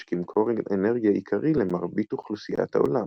כמקור אנרגיה עיקרי למרבית אוכלוסיית העולם.